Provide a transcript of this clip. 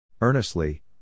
Earnestly